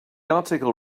article